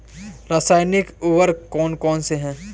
रासायनिक उर्वरक कौन कौनसे हैं?